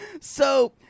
So-